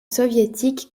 soviétiques